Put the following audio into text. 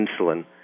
insulin